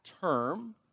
term